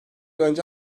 önce